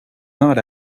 not